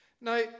Now